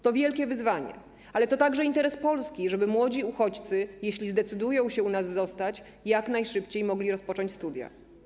To wielkie wyzwanie, ale to także interes Polski, żeby młodzi uchodźcy, jeśli zdecydują się u nas zostać, jak najszybciej mogli rozpocząć studia.